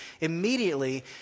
immediately